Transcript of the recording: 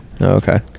Okay